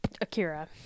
akira